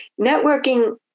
Networking